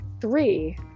three